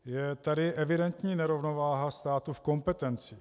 Je tady evidentní nerovnováha státu v kompetencích.